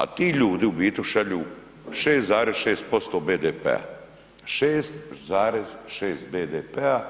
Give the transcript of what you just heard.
A ti ljudi u biti šalju 6,6% BDP-a, 6,6 BDP-a